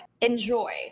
enjoy